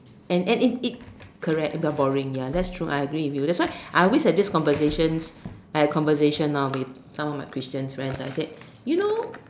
and and it it correct very boring ya that's true I agree with you that's why I alway have this conversations I had a conversation orh with some of my Christian friends I said you know